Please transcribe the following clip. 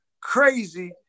crazy